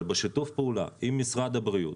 אבל בשיתוף פעולה עם משרד הבריאות,